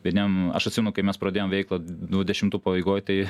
vieniem aš atsimenu kai mes pradėjom veiklą dudešimtų pabaigoj tai